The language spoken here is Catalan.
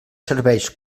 serveis